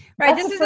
Right